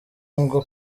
ngo